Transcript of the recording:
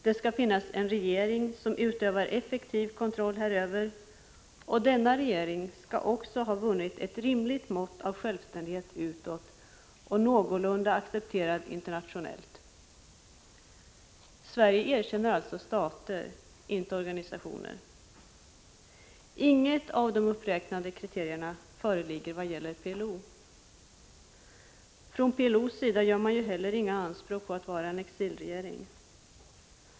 Det skall finnas en regering som utövar effektiv kontroll häröver, och denna regering skall också ha vunnit ett rimligt mått av självständighet utåt och vara någorlunda accepterad internationellt. Sverige erkänner alltså stater — inte organisationer. Inget av de angivna kriterierna föreligger vad gäller PLO. Från PLO:s sida gör man heller inga anspråk på att vara en exilregering.